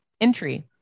entry